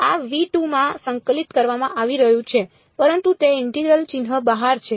આ માં સંકલિત કરવામાં આવી રહ્યું છે પરંતુ તે ઇન્ટિગરલ ચિહ્નની બહાર છે